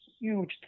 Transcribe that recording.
huge